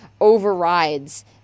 overrides